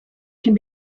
can